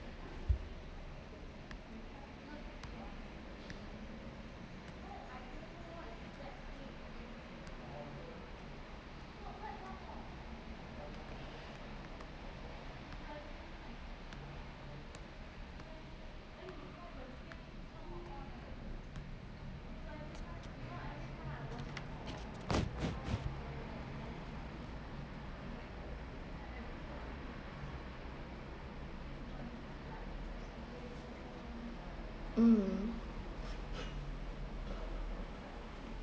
mm